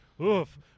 oof